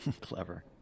Clever